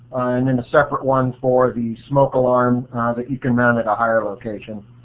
and then a separate one for the smoke alarm that you can run at a higher location.